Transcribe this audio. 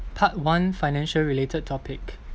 part one financial related topic